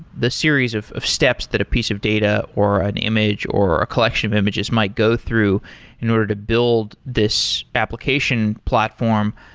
the series of of steps that a piece of data or an image or a collection of images might go through in order to build this application platform,